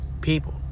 people